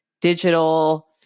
digital